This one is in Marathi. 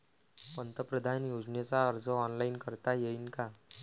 पंतप्रधान योजनेचा अर्ज ऑनलाईन करता येईन का?